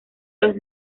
los